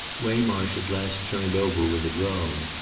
waymarsh at last turned over with a groan.